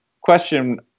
question